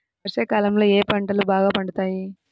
వర్షాకాలంలో ఏ పంటలు బాగా పండుతాయి?